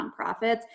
nonprofits